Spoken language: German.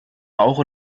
bauch